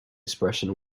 expression